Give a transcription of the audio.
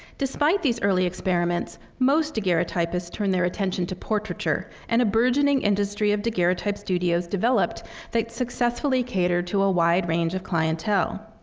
despite these early experiments, most daguerreotypists turned their attention to portraiture, and a burgeoning industry of daguerreotype studios developed that successfully catered to a wide range of clientele.